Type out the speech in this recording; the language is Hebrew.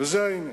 וזה העניין.